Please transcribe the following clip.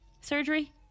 surgery